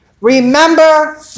Remember